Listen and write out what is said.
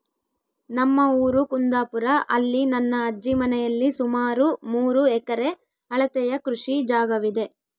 ನಮ್ಮ ಊರು ಕುಂದಾಪುರ, ಅಲ್ಲಿ ನನ್ನ ಅಜ್ಜಿ ಮನೆಯಲ್ಲಿ ಸುಮಾರು ಮೂರು ಎಕರೆ ಅಳತೆಯ ಕೃಷಿ ಜಾಗವಿದೆ